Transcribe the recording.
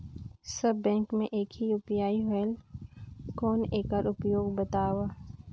सब bank मे एक ही यू.पी.आई होएल कौन एकर उपयोग बताव?